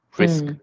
Risk